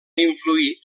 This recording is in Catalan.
influir